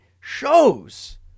shows